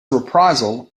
reprisal